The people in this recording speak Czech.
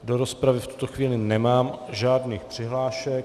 Do rozpravy v tuto chvíli nemám žádných přihlášek.